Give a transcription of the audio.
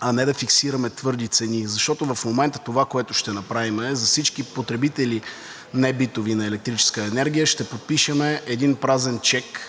а не да фиксираме твърди цени. Защото в момента това, което ще направим, е за всички небитови потребители на електрическа енергия – ще подпишем един празен чек